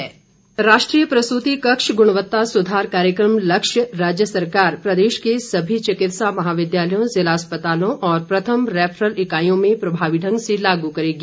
लक्ष्य राष्ट्रीय प्रसूति कक्ष गुणवत्ता सुधार कार्यक्रम लक्ष्य राज्य सरकार प्रदेश के सभी चिकित्सा महाविद्यालयों जिला अस्पतालों और प्रथम रैफरल इकाईयों में प्रभावी ढंग से लागू करेगी